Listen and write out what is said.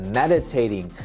meditating